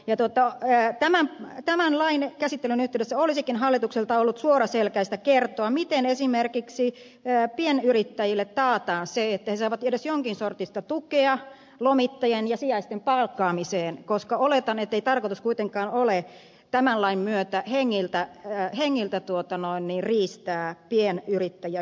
ja totta on että mä tämän lain käsittelyn yhteydessä olisikin hallitukselta ollut suoraselkäistä kertoa miten esimerkiksi pienyrittäjille taataan se että he saavat edes jonkin sorttista tukea lomittajien ja sijaisten palkkaamiseen koska oletan ettei tarkoitus kuitenkaan ole tämän lain myötä hengiltä riistää pienyrittäjiä pienkauppiaita